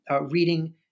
reading